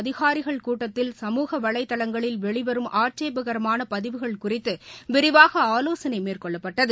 அதிகாரிகள் கூட்டத்தில் சமூக வலைதளங்களில் வெளிவரும் ஆட்சேபகரமான பதிவுகள் குறித்து விரிவாக ஆலோசனை மேற்கொள்ளப்பட்டது